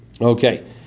Okay